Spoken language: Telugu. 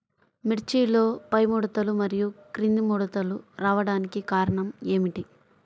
మిర్చిలో పైముడతలు మరియు క్రింది ముడతలు రావడానికి కారణం ఏమిటి?